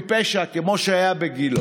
שלא הייתה לפחות מאז המגפה הספרדית.